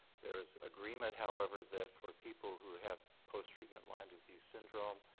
there's agreement, however, that for people who have post-treatment lyme disease syndrome,